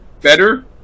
better